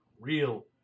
Real